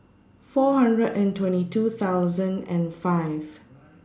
four hundred and twenty two thousand and five